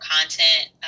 content